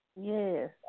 Yes